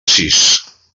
sis